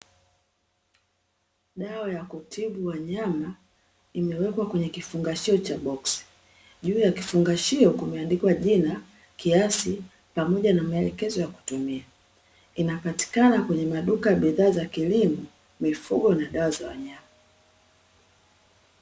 Dawa ya kutibu wanyama imewekwa kwenye kifungashio cha boksi. Juu ya kifungashio kumeandikwa jina, kiasi, pamoja na maelekezo ya kutumia. Inapatikana kwenye maduka ya bidhaa za kilimo, mifugo, na dawa za wanyama.